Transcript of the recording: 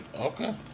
Okay